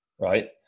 right